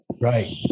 Right